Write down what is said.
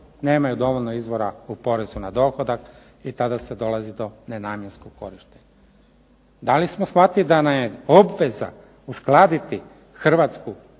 nemaju dovoljno izvora u porezu na dohodak i tada se dolazi do nenamjenskog korištenja. Da li smo shvatili da nam je obveza uskladiti Hrvatsku